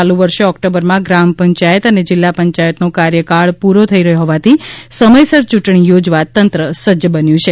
ચાલુ વર્ષે ઓક્ટોબરમાં ગ્રામ પંચાયત અને જિલ્લા પંચાયતનો કાર્યકાળ પૂરો થઈ રહ્યો હોવાથી સમયસર ચૂંટણી યોજવા તંત્ર સજ્જ બન્યું છે